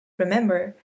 Remember